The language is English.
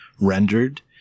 rendered